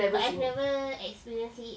but I've never experienced it